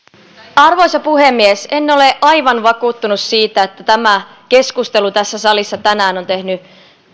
arvoisa puhemies en ole aivan vakuuttunut siitä että tämä keskustelu tässä salissa tänään on tehnyt